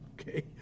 Okay